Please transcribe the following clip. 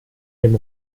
dem